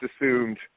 assumed